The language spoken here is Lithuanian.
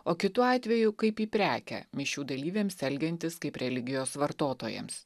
o kitu atveju kaip į prekę mišių dalyviams elgiantis kaip religijos vartotojams